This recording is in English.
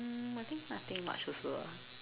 um I think nothing much also ah